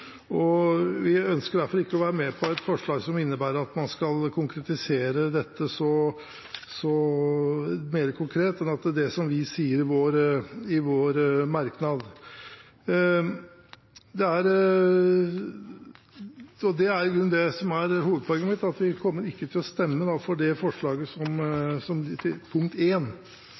og vi ønsker i hvert fall ikke å være med på et forslag som innebærer at man skal konkretisere dette mer enn det vi sier i vår merknad. Det er i grunnen det som er hovedpoenget mitt, at vi kommer ikke til å stemme for det forslaget,